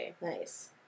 Nice